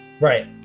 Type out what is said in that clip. right